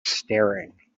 staring